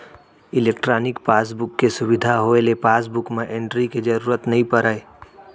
electronic passbook के सुबिधा होए ले पासबुक म एंटरी के जरूरत नइ परय